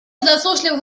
засушливых